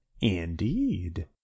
Indeed